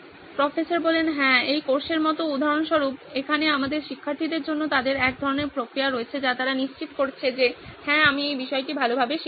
professor হ্যাঁ এই কোর্সের মতো উদাহরণস্বরূপ এখানে আমাদের শিক্ষার্থীদের জন্য তাদের এক ধরণের প্রক্রিয়া রয়েছে যা তারা নিশ্চিত করছে যে হ্যাঁ আমি এই বিষয়টি ভালোভাবে শিখেছি